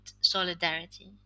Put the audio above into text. solidarity